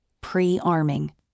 pre-arming